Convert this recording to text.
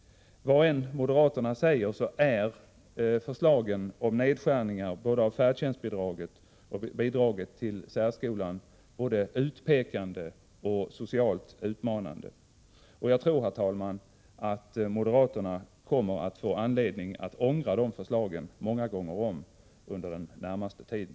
Vad moderaterna än säger så är förslagen om nedskärningar av färdtjänstbidraget och bidraget till särskolan både utpekande och socialt utmanande. Jag tror, herr talman, att moderaterna kommer att få anledning att ångra de förslagen många gånger om under den närmaste tiden.